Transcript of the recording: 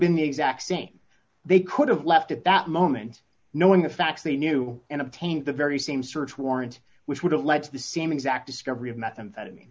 been the exact same they could have left at that moment knowing the facts they knew and obtained the very same search warrant which would have led to the same exact discovery of methamphetamine